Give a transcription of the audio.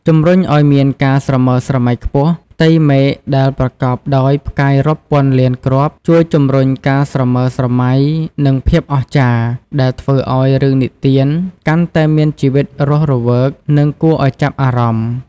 ជំរុញអោយមានការស្រមើស្រមៃខ្ពស់ ផ្ទៃមេឃដែលប្រកបដោយផ្កាយរាប់ពាន់លានគ្រាប់ ជួយជំរុញ ការស្រមើស្រមៃ និង ភាពអស្ចារ្យ ដែលធ្វើឲ្យរឿងនិទានកាន់តែមានជីវិតរស់រវើក និងគួរឲ្យចាប់អារម្មណ៍ ។